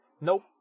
Nope